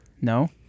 No